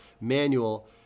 manual